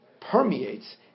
permeates